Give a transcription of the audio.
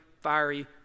fiery